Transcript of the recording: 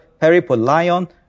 peripolion